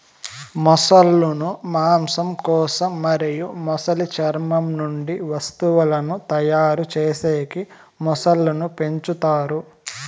మొసళ్ళ ను మాంసం కోసం మరియు మొసలి చర్మం నుంచి వస్తువులను తయారు చేసేకి మొసళ్ళను పెంచుతారు